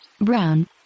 Brown